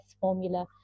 formula